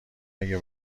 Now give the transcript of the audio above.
اگه